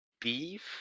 beef